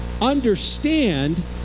understand